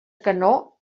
canó